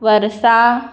वर्सां